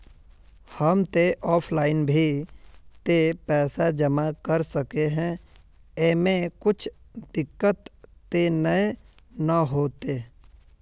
हम ते ऑफलाइन भी ते पैसा जमा कर सके है ऐमे कुछ दिक्कत ते नय न होते?